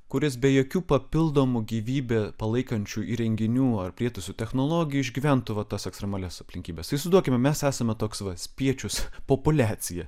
kuris be jokių papildomų gyvybę palaikančių įrenginių ar prietaisų technologijų išgyventų va tas ekstremalias aplinkybes įsivaizduokime mes esame toks va spiečius populiacija